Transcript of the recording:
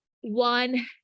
One